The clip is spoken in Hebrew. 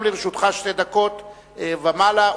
גם לרשותך שתי דקות ומעלה,